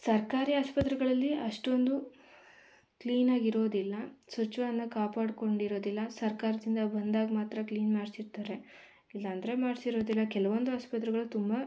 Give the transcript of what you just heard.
ಸರ್ಕಾರಿ ಆಸ್ಪತ್ರೆಗಳಲ್ಲಿ ಅಷ್ಟೊಂದು ಕ್ಲೀನ್ ಆಗಿರೋದಿಲ್ಲ ಸ್ವಚ್ಛವನ್ನು ಕಾಪಾಡಿಕೊಂಡಿರೋದಿಲ್ಲ ಸರ್ಕಾರದಿಂದ ಬಂದಾಗ ಮಾತ್ರ ಕ್ಲೀನ್ ಮಾಡಿಸಿರ್ತಾರೆ ಇಲ್ಲ ಅಂದ್ರೆ ಮಾಡಿಸಿರೋದಿಲ್ಲ ಕೆಲವೊಂದು ಆಸ್ಪತ್ರೆಗಳು ತುಂಬ